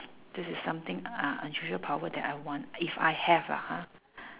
this is something uh unusual power that I want if I have lah ha